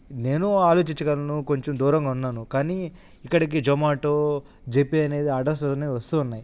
నేనూ ఆలోచించ గలను కొంచెం దూరంగా ఉన్నాను కానీ ఇక్కడికి జొమాటో జెపే అనేది ఆర్డర్స్ అనే వస్తూ ఉన్నాయి